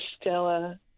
Stella